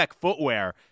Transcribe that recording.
Footwear